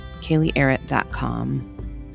KayleeArrett.com